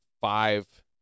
five